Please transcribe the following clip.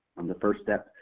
and the first step,